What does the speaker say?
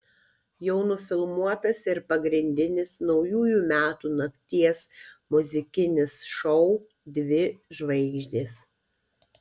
jau nufilmuotas ir pagrindinis naujųjų metų nakties muzikinis šou dvi žvaigždės